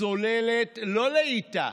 צוללת, לא לאיטה,